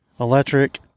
electric